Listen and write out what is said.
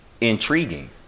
intriguing